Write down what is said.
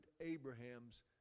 Abraham's